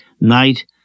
night